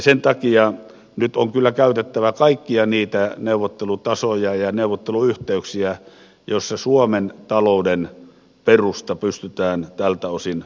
sen takia nyt on kyllä käytettävä kaikkia niitä neuvottelutasoja ja neuvotteluyhteyksiä joissa suomen talouden perusta pystytään tältä osin varmistamaan